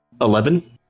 Eleven